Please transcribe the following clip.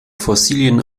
fossilien